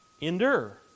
endure